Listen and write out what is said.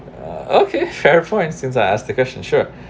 okay shared for instance I ask the question sure